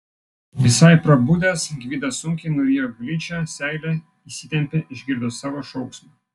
visai prabudęs gvidas sunkiai nurijo gličią seilę įsitempė išgirdo savo šauksmą